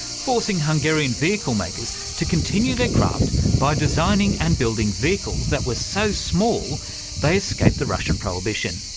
forcing hungarian vehicle-makers to continue their craft by designing and buildings vehicles that were so small they escaped the russian prohibition,